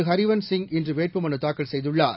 ஹரிவன்ஸ் சிங் இன்று வேட்புமனு தாக்கல் செய்துள்ளார்